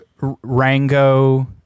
Rango